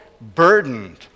burdened